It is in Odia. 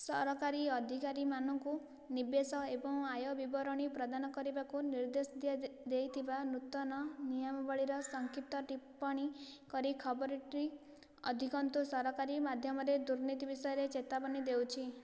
ସରକାରୀ ଅଧିକାରୀମାନଙ୍କୁ ନିବେଶ ଏବଂ ଆୟ ବିବରଣୀ ପ୍ରଦାନ କରିବାକୁ ନିର୍ଦ୍ଦେଶ ଦେଇଥିବା ନୂତନ ନିୟମାବଳୀର ସଂକ୍ଷିପ୍ତ ଟିପ୍ପଣୀ କରି ଖବରଟି ଅଧିକନ୍ତୁ ସରକାରୀ ମାଧ୍ୟମରେ ଦୁର୍ନୀତି ବିଷୟରେ ଚେତାବନୀ ଦେଉଛି